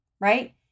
right